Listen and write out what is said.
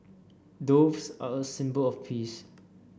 doves are a symbol of peace